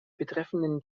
betreffenden